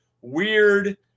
Weird